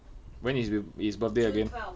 when his his birthday again